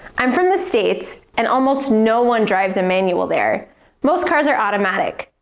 i'm from the states, and almost no one drives a manual there most cars are automatic.